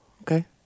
okay